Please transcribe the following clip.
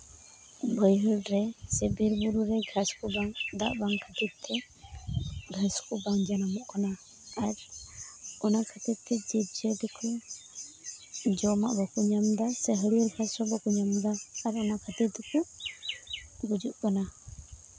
ᱵᱟᱹᱭᱦᱟᱹᱲ ᱨᱮ ᱥᱮ ᱵᱤᱨᱼᱵᱩᱨᱩ ᱨᱮ ᱜᱷᱟᱥ ᱠᱚ ᱵᱟᱝ ᱫᱟᱜ ᱠᱚ ᱵᱟᱝ ᱠᱷᱟᱹᱛᱤᱨ ᱛᱮ ᱜᱷᱟᱥ ᱠᱚ ᱵᱟᱝ ᱡᱟᱱᱟᱢᱚᱜ ᱠᱟᱱᱟ ᱟᱨ ᱚᱱᱟ ᱠᱷᱟᱹᱛᱤᱨ ᱛᱮ ᱡᱤᱵᱽᱼᱡᱤᱭᱟᱹᱞᱤ ᱠᱚ ᱡᱚᱢᱟᱜ ᱵᱟᱠᱚ ᱧᱟᱢᱫᱟ ᱥᱮ ᱦᱟᱹᱨᱭᱹᱲ ᱜᱷᱟᱥ ᱦᱚᱸ ᱵᱟᱠᱚ ᱧᱟᱢᱫᱟ ᱟᱨ ᱚᱱᱟ ᱠᱷᱟᱹᱛᱤᱨ ᱛᱮᱠᱚ ᱜᱩᱡᱩᱜ ᱠᱟᱱᱟ